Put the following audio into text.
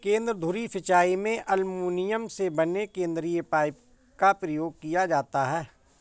केंद्र धुरी सिंचाई में एल्युमीनियम से बने केंद्रीय पाइप का प्रयोग किया जाता है